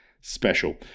Special